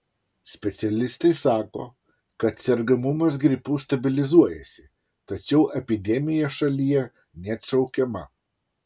specialistai sako kad sergamumas gripu stabilizuojasi tačiau epidemija šalyje neatšaukiama